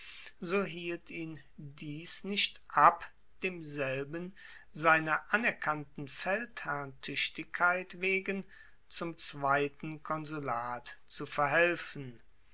so hielt ihn dies nicht ab demselben seiner anerkannten feldherrntuechtigkeit wegen zum zweiten konsulat zu verhelfen